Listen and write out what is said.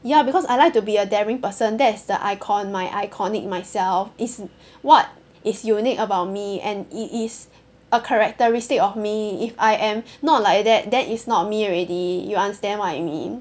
ya because I like to be a daring person that's the icon my iconic myself it's what is unique about me and it is a characteristic of me if I am not like that then it's not me already you understand what I mean